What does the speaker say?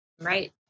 Right